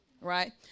right